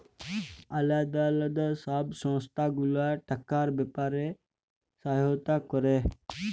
আলদা আলদা সব সংস্থা গুলা টাকার ব্যাপারে সহায়তা ক্যরে